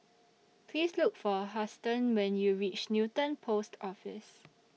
Please Look For Huston when YOU REACH Newton Post Office